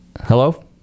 Hello